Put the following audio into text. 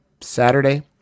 Saturday